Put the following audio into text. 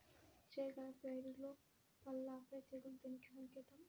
చేగల పైరులో పల్లాపై తెగులు దేనికి సంకేతం?